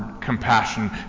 compassion